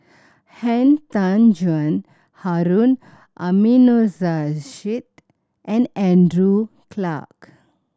Han Tan Juan Harun Aminurrashid and Andrew Clarke